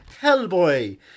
Hellboy